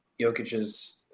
Jokic's